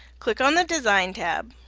click on the design tab.